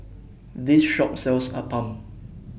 This Shop sells Appam